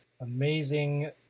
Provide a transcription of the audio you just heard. amazing